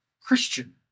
Christian